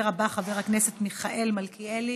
הדובר הבא, חבר הכנסת מיכאל מלכיאלי,